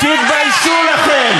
דמוקרטיה.